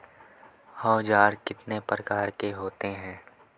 औज़ार कितने प्रकार के होते हैं?